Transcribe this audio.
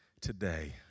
today